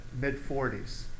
mid-40s